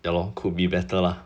ya lor could be better lah